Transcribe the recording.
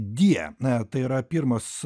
die tai yra pirmos